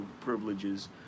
privileges